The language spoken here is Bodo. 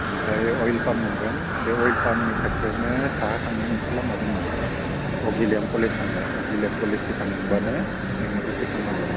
ओमफ्राय अइल पाम्प मोनगोन बे अइल पाम्पनि खाथियावनो साहा थांनाय मोनसे लामा दङ अक्जिलेन कलेज थांनायय़ अक्जिलेन कलेजथिं थांबानो नोङो बिथिं थांनो हागोन